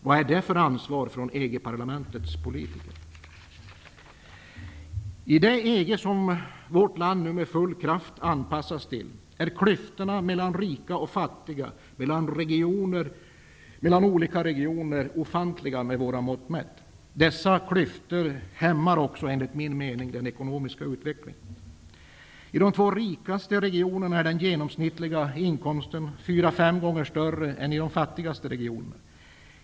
Vad är det för ansvar från EG I det EG som vårt land nu med full kraft anpassas till, är klyftorna mellan rika och fattiga och mellan olika regioner ofantliga med våra mått mätt. Dessa klyftor hämmar också, enligt min mening, den ekonomiska utvecklingen. I de två rikaste regionerna är den genomsnittliga inkomsten fyra fem gånger högre än i de fattigaste regionerna.